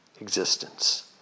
existence